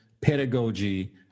pedagogy